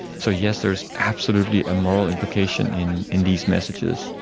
so yes, there is absolutely a moral implication in in these messages.